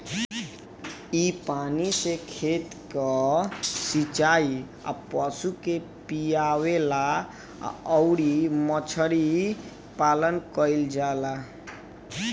इ पानी से खेत कअ सिचाई, पशु के पियवला अउरी मछरी पालन कईल जाला